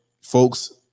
folks